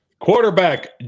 quarterback